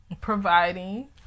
providing